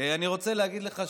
אני רוצה להגיד לך,